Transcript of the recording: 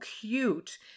cute